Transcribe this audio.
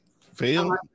Fail